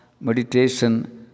meditation